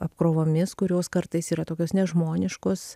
apkrovomis kurios kartais yra tokios nežmoniškos